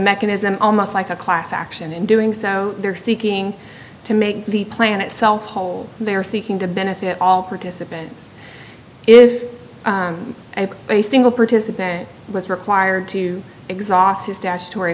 mechanism almost like a class action in doing so they're seeking to make the plan itself whole they are seeking to benefit all participants if a single participant was required to exhaust his dash tor